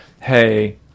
Hey